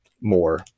more